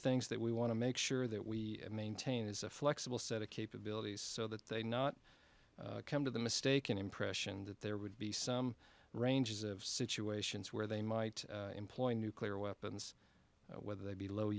things that we want to make sure that we maintain is a flexible set of capabilities so that they not come to the mistaken impression that there would be some ranges of situations where they might employ nuclear weapons whether they be low